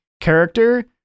character